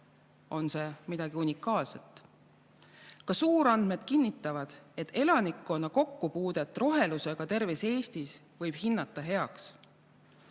midagi unikaalset. Ka suurandmed kinnitavad, et elanikkonna kokkupuudet rohelusega võib terves Eestis hinnata heaks.